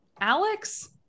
Alex